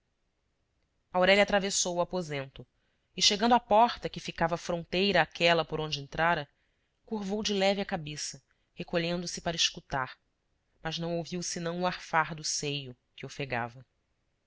ce lestes aurélia atravessou o aposento e chegando à porta que ficava fronteira àquela por onde entrara curvou de leve a cabeça recolhendo-se para escutar mas não ouviu senão o arfar do seio que ofegava